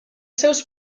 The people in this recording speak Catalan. seus